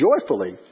joyfully